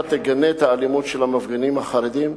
אתה תגנה את האלימות של המפגינים החרדים.